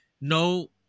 no